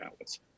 hours